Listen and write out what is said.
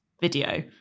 video